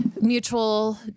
mutual